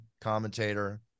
commentator